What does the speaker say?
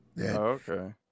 Okay